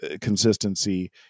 consistency